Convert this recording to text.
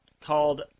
called